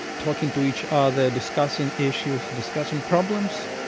talking to each other, discussing issues, discussing problems